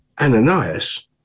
Ananias